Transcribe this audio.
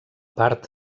part